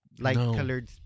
light-colored